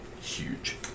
huge